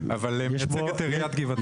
אני מייצג את עיריית גבעתיים.